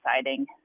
exciting